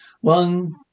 One